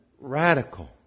radical